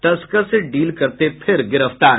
तस्कर से डील करते फिर गिरफ्तार